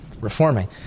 reforming